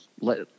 let